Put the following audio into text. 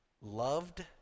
loved